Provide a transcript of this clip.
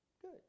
Good